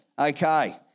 Okay